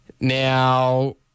Now